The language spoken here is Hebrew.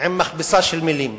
עם מכבסה של מלים: